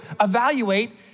evaluate